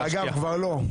אגב, כבר לא.